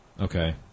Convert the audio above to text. Okay